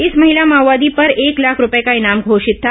इस महिला माओवादी पर एक लाख रूपए का इनाम घोषित था